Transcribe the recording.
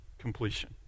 completion